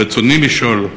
ברצוני לשאול,